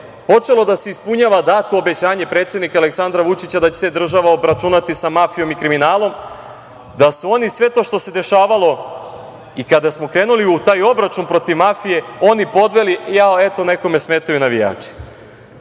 počelo da se ispunjava dato obećanje predsednika Aleksandra Vučića da će se država obračunati sa mafijom i kriminalom da su oni sve to što se dešavalo, kada smo krenuli u taj obračun protiv mafije, oni podveli – jaoj, eto, nekome smetaju navijači.